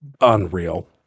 unreal